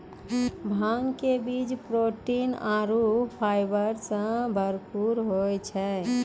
भांग के बीज प्रोटीन आरो फाइबर सॅ भरपूर होय छै